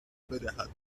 بدهد